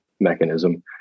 mechanism